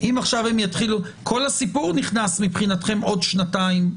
כל הסיפור נכנס מבחינתכם בעוד שנתיים,